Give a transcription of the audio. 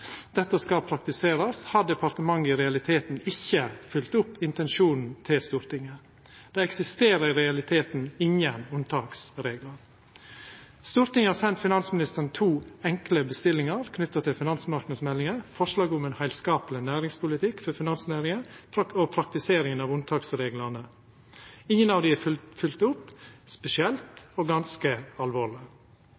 dette skal praktiserast, har departementet i realiteten ikkje fylgt opp intensjonen til Stortinget. Det eksisterer i realiteten ingen unntaksreglar. Stortinget har sendt finansministeren to enkle bestillingar knytte til finansmarknadsmeldinga: forslag om ein heilskapleg næringspolitikk for finansnæringa og praktiseringa av unntaksreglane. Ingen av dei er fylgde opp. Det er spesielt,